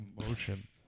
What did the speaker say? emotion